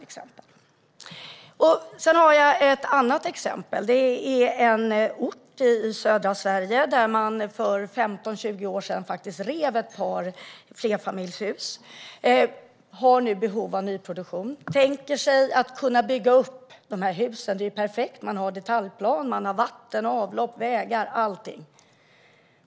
Jag har ett annat exempel från en ort i södra Sverige där man för 15-20 år sedan rev ett par flerfamiljshus. Nu har man behov av nyproduktion och tänker sig att bygga upp dessa hus. Det är perfekt, man har detaljplan, vatten, avlopp och vägar.